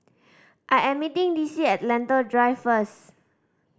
I am meeting Dicie at Lentor Drive first